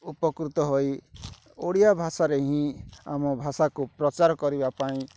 ଉପକୃତ ହୋଇ ଓଡ଼ିଆ ଭାଷାରେ ହିଁ ଆମ ଭାଷାକୁ ପ୍ରଚାର କରିବା ପାଇଁ